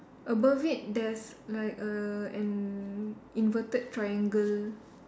above it there's like a an inverted triangle